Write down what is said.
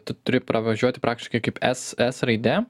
tu turi pravažiuoti praktiškai kaip s s raide